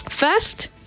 First